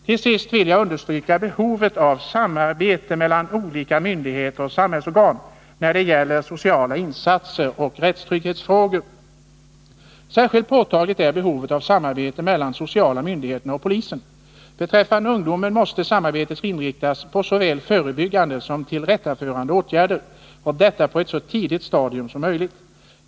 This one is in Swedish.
Till sist vill jag understryka behovet av samarbete mellan olika myndigheter och samhällsorgan när det gäller sociala insatser och rättstrygghetsfrågor. Särskilt påtagligt är behovet av samarbete mellan de sociala myndigheterna och polisen. Beträffande ungdomen måste samarbetet inriktas på såväl förebyggande som tillrättaförande åtgärder, och detta på ett så tidigt stadium som möjligt.